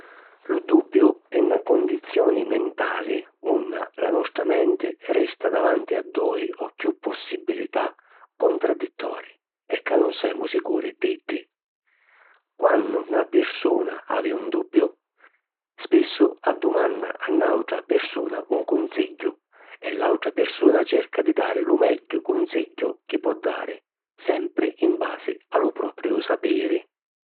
Lu dubbiu è na condizioni mentali unni la nostra menti resta davanti a dui o chiù possibilità contradittori e ca nun semu sicuri d’iddi. Quannu na pirsuna havi un dubbiu, spissu addumanna a n’àutra pirsuna un cunsigghiu e l’àutra pirsuna cerca di dari lu megghiu cunsigghiu chi po dari, sempri in basi a lu propiu sapiri.